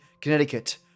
Connecticut